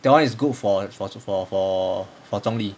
that [one] is good for err for for for for zhong li